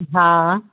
हा